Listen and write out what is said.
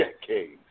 decades